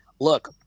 look